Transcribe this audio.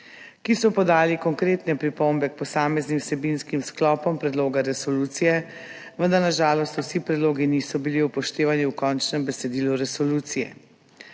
ki so podali konkretne pripombe k posameznim vsebinskim sklopom predloga resolucije, vendar na žalost vsi predlogi niso bili upoštevani v končnem besedilu resolucije.